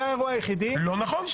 זה האירוע היחידי --- לא נכון.